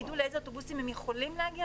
וידעו לאיזה אוטובוסים הם יכולים להגיע